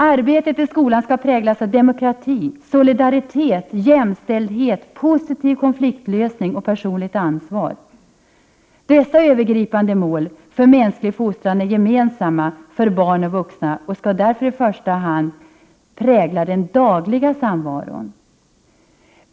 Arbetet i skolan skall präglas av demokrati, solidaritet, jämställdhet, positiv konfliktlösning och personligt ansvar. Dessa övergripande mål för mänsklig fostran är gemensamma för barn och vuxna och skall därför i första hand prägla den dagliga samvaron.